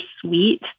sweet